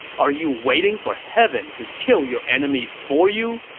are you waiting for heaven to kill your enemies for you?